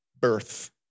birth